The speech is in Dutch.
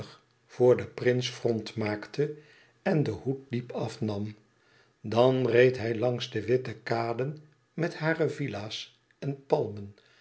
voor den prins front maakte en den hoed diep afnam dan reed hij langs de witte kaden met hare villa's en palmen